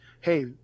hey